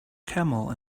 camel